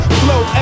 flow